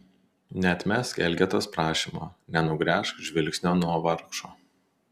neatmesk elgetos prašymo nenugręžk žvilgsnio nuo vargšo